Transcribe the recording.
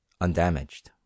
undamaged